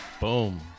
Boom